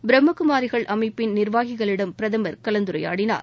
பிரம்மகுமாரிகள் அமைப்பின் நிர்வாகிகளிடம் பிரதமர் கலந்துரையாடினார்